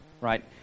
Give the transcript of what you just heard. Right